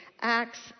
Acts